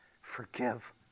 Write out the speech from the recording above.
forgive